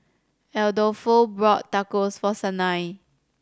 Adolfo bought Tacos for Sanai